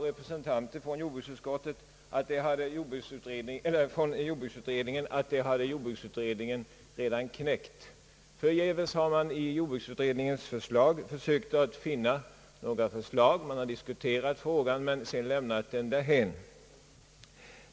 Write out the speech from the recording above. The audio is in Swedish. Representanter från jordbruksutredningen sade också mycket bestämt att utredningen redan hade knäckt problemet. Förgäves har man i jordbruksutredningens betänkande försökt finna några förslag. Utredningen har diskuterat frågan men sedan lämnat den därhän.